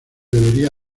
debería